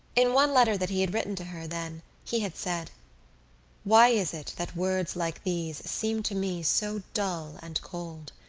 in one letter that he had written to her then he had said why is it that words like these seem to me so dull and cold?